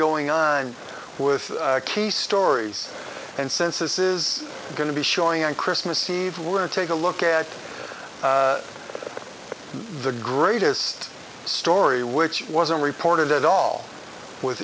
going on with key stories and since this is going to be showing on christmas eve or take a look at the greatest story which wasn't reported at all w